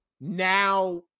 now